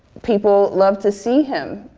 people love to see him.